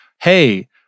hey